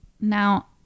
now